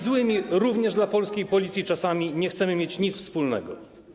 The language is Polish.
Z tymi złymi również dla polskiej Policji czasami nie chcemy mieć nic wspólnego.